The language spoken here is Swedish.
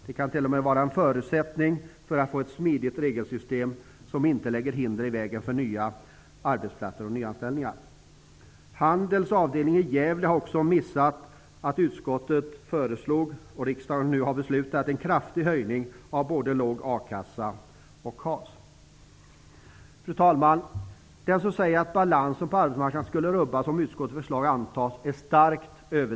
Den kan t.o.m. vara en förutsättning för att få ett smidigt regelsystem, som inte lägger hinder i vägen för nya arbetsplatser och nyanställningar. Handels avdelning i Gävle har också missat att utskottet föreslog, och riksdagen nu har beslutat om, en kraftig höjning av både a-kassa och KAS. Fru talman! Den som säger att balansen på arbetsmarknaden skulle rubbas om utskottets förslag antas överdriver starkt.